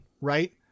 right